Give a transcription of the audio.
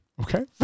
Okay